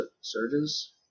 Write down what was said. surges